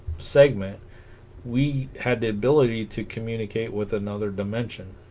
segment we had the ability to communicate with another dimension